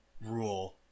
rule